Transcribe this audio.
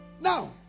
Now